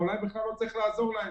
אולי בכלל לא צריך לעזור להם.